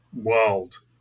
world